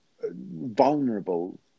vulnerable